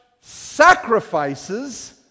sacrifices